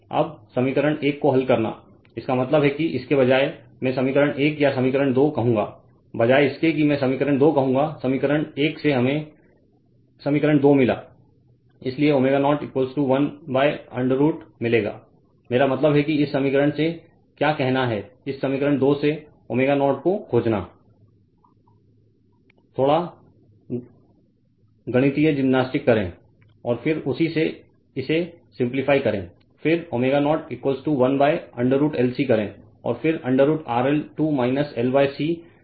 अब समीकरण 1 को हल करना इसका मतलब है कि इसके बजाय मैं समीकरण 1 या समीकरण 2 कहूंगा बजाय इसके कि मैं समीकरण 2 कहूंगा समीकरण 1 से हमें समीकरण 2 मिला इसलिए ω0 1√ मिलेगा मेरा मतलब है कि इस समीकरण से क्या कहना है इस समीकरण 2 से ω0 को खोजना Refer Slide Time 0351 थोड़ा गणितीय जिम्नास्टिक करें और फिर उसी से इसे सिम्प्लीफाई करें और फिर ω0 1√LC करें और फिर √ RL 2 L C RC 2 L C करें